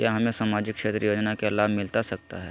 क्या हमें सामाजिक क्षेत्र योजना के लाभ मिलता सकता है?